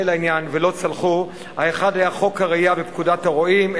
לעניין ולא צלחו: האחד היה חוק הרעייה בפקודת הרועים,